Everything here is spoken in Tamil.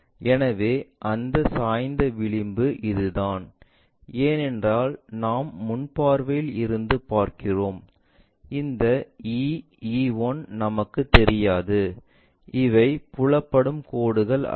எனவே அந்த சாய்ந்த விளிம்பு இதுதான் ஏனென்றால் நாம் முன் பார்வையில் இருந்து பார்க்கிறோம் இந்த E E 1 நமக்கு தெரியாது இவை புலப்படும் கோடுகள் அல்ல